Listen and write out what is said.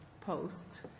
post